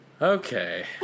Okay